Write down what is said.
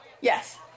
Yes